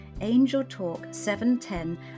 angeltalk710